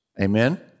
Amen